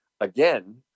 again